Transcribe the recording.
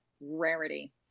rarity